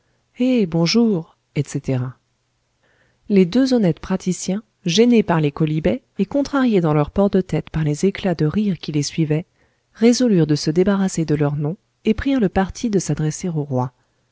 hé bonjour etc les deux honnêtes praticiens gênés par les quolibets et contrariés dans leur port de tête par les éclats de rire qui les suivaient résolurent de se débarrasser de leurs noms et prirent le parti de s'adresser au roi